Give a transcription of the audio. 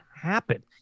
happen